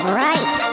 right